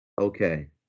Okay